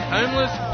Homeless